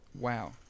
Wow